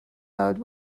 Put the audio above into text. mode